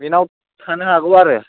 बेनाव थानो हागौ आरो